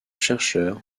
chercheur